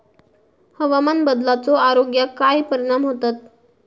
हवामान बदलाचो आरोग्याक काय परिणाम होतत?